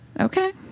okay